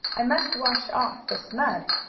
i must wash off this mud.